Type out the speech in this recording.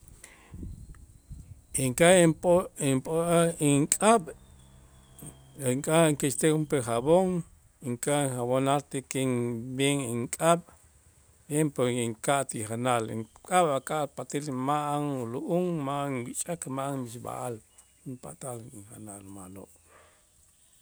Inka'aj inpo inp'o'aj ink'ab' inka'aj inkäxtej junp'ee jabón inka'aj jabonar tikin bien ink'ab', inpol inka'aj ti janal uk'ab' aka'aj pat'äl ma'an lu'um ma'an ich'ak ma'an mixb'a'al inpatal injanal ma'lo'.